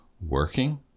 working